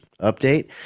update